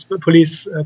police